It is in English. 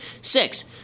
Six